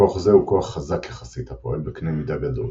כוח זה הוא כוח חזק יחסית הפועל בקנה מידה גדול,